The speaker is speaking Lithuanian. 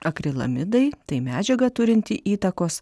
akrilamidai tai medžiaga turinti įtakos